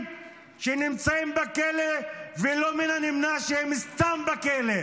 שנמצאים בכלא ולא מן הנמנע שהם סתם בכלא,